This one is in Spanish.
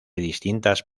distintas